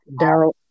Daryl